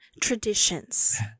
traditions